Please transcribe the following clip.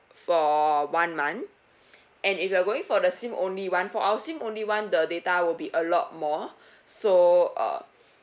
for one month and if you are going for the sim only [one] for our sim only [one] the data will be a lot more so uh